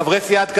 חברי סיעת קדימה,